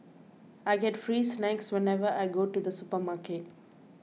I get free snacks whenever I go to the supermarket